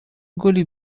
گلی